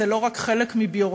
זה לא רק חלק מביוגרפיה,